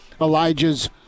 Elijah's